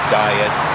diet